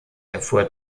erfuhr